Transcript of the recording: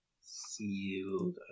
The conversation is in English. Sealed